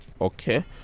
okay